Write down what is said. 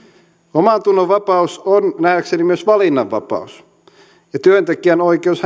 omantunnonvapaus on nähdäkseni myös valinnanvapaus ja työntekijän oikeus